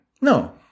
No